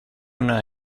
una